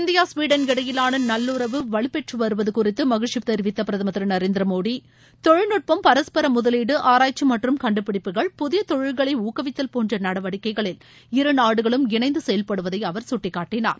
India Sweden இடையிலான நல்லுறவு வலுப்பெற்று வருவது குறித்து மகிழ்ச்சி தெரிவித்த பிரதமர் திரு நரேந்திர மோடி தொழில்நுட்பம் பரஸ்பர முதலீடு ஆராய்ச்சி மற்றும் கண்டுபிடிப்புகள் புதிய தொழில்களை ஊக்குவித்தல் போன்ற நடவடிக்கைகளில் இரு நாடுகளும் இணைந்து செயல்படுவதை அவர் சுட்டிக்காட்டினார்